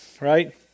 Right